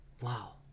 Wow